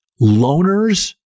loners